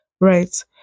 right